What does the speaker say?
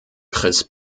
chris